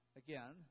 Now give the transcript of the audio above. again